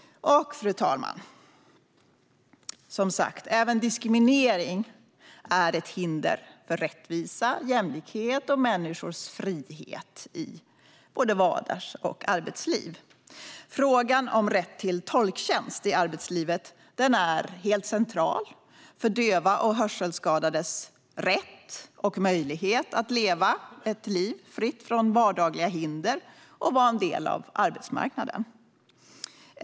Fru talman! Även diskriminering är, som sagt, ett hinder för rättvisa, jämlikhet och människors frihet i både vardags och arbetsliv. Frågan om rätt till tolktjänst i arbetslivet är helt central för dövas och hörselskadades rätt och möjlighet att leva ett liv fritt från vardagliga hinder och vara en del av arbetsmarknaden.